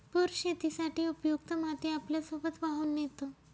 पूर शेतीसाठी उपयुक्त माती आपल्यासोबत वाहून नेतो